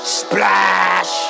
splash